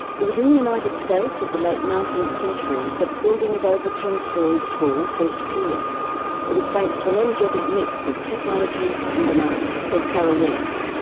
it was in the united states of the late nineteenth century that buildings over ten storeys tall first appeared. it was thanks to an energetic mix of technology and demand, says carol willis.